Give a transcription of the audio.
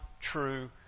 true